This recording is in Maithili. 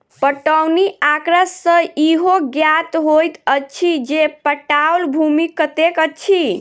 पटौनी आँकड़ा सॅ इहो ज्ञात होइत अछि जे पटाओल भूमि कतेक अछि